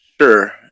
Sure